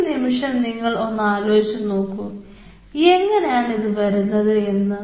ഒരു നിമിഷം നിങ്ങൾ ഒന്ന് ആലോചിച്ചു നോക്കൂ എങ്ങനെയാണ് ഇത് വരുന്നത് എന്ന്